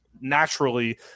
naturally